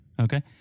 Okay